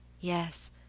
Yes